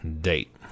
date